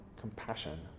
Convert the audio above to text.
compassion